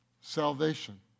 salvation